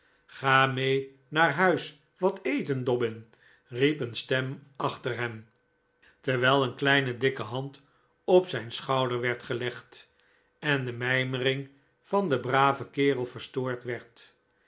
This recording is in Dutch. ga mee naar huis wat eten dobbin riep een stem achter hem terwijl een kleine dikke hand op zijn schouder werd gelegd en de mijmering van den braven kerel verstoord werd